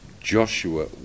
Joshua